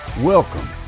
Welcome